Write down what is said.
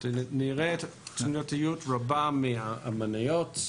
נראה תנודתיות רבה מהמניות.